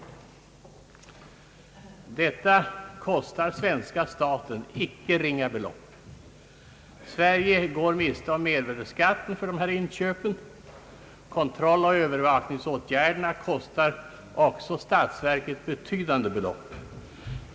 Detta kostar svenska staten icke ringa belopp. Sverige går miste om mervärdeskatten för dessa inköp. Kontrolloch övervakningsåtgärderna kostar också statsverket betydande belopp.